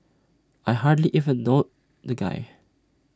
I hardly even know the guy